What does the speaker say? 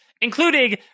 including